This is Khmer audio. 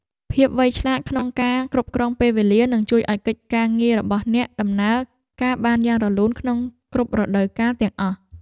ភាពវៃឆ្លាតក្នុងការគ្រប់គ្រងពេលវេលានឹងជួយឱ្យកិច្ចការងាររបស់អ្នកដំណើរការបានយ៉ាងរលូនក្នុងគ្រប់រដូវកាលទាំងអស់។